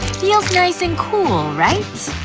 feels nice and cool, right?